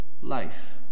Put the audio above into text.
life